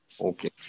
Okay